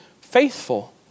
faithful